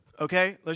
okay